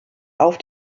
auf